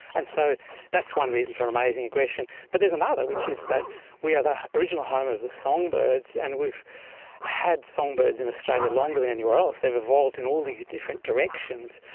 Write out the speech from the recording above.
and so that's one reason for amazing aggression. but there's another, which is that we are the original home of the songbirds, and we've had songbirds in australia longer than anywhere else. they have evolved in all these different directions,